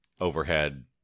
overhead